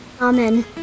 amen